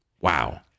Wow